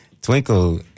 Twinkle